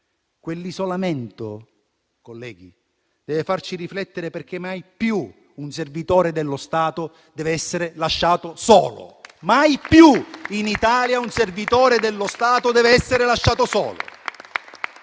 Quell'isolamento, colleghi, deve farci riflettere, perché mai più un servitore dello Stato deve essere lasciato solo.